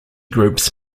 groups